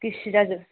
गिसि जाजोब